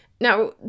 Now